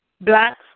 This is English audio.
black